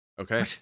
Okay